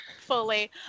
Fully